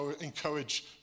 encourage